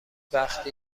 وقتی